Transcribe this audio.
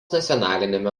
nacionaliniame